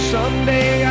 Someday